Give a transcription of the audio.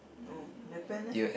oh Japan leh